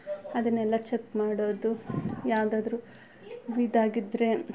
ಅದನ್ನೆಲ್ಲ ಚಕ್ ಮಾಡೋದು ಯಾವುದಾದ್ರು ಇದಾಗಿದ್ರೆ